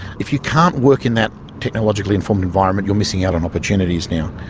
if you can't work in that technologically informed environment, you're missing out on opportunities now.